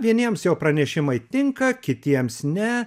vieniems jo pranešimai tinka kitiems ne